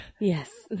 Yes